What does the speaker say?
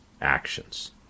actions